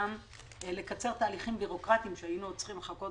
גם לקצר תהליכים בירוקרטיים שהיינו צריכים לחכות